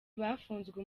bafunzwe